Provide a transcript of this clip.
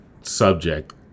subject